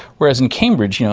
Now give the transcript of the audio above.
whereas in cambridge, you know,